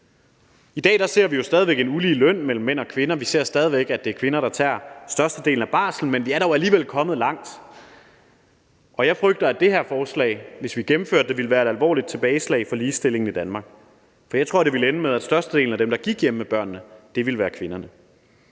I dag ser vi jo stadig væk en ulige løn mellem mænd og kvinder, vi ser stadig væk, at det er kvinder, der tager størstedelen af barslen, men vi er dog alligevel kommet langt. Jeg frygter, at det her forslag, hvis det bliver vedtaget, ville være et alvorligt tilbageslag for ligestillingen i Danmark, for jeg tror, at det ville ende med, at størstedelen af dem, der gik hjemme med børnene, ville være kvinderne.